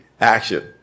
action